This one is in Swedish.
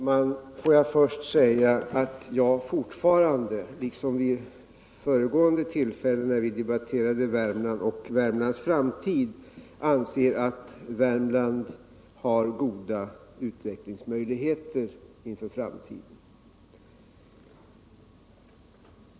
Herr talman! Först vill jag säga att jag fortfarande, liksom vid föregående tillfälle när vi debatterade Värmland och Värmlands framtid, anser att Värmland har goda utvecklingsmöjligheter i framtiden.